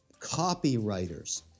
copywriters